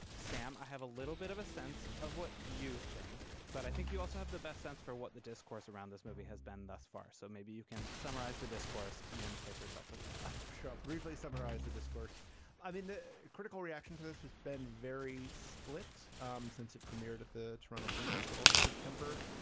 sam i have a little bit of a sense of what you think but i think you also have the best sense for what the discourse around this movie has been thus far. so maybe you can summarize the discourse and then place herself on that show briefly summarize the discourse i mean the critical reaction to this has been very split um since it premiered at the toronto film festival in september.